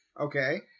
Okay